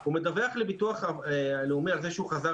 הוא מדווח לביטוח הלאומי על כך שהוא חזר